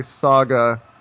saga